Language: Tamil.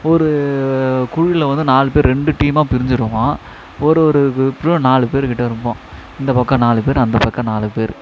ஒரு குழுவில் வந்து நாலு பேர் ரெண்டு டீமாக பிரிஞ்சுருவோம் ஒரு ஒரு குரூப்லேயும் நாலு பேர் கிட்டே இருப்போம் இந்த பக்கம் நாலு பேர் அந்த பக்கம் நாலு பேர்